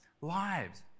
lives